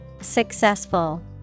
Successful